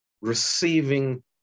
receiving